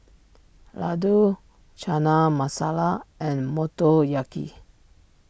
Ladoo Chana Masala and Motoyaki